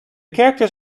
characters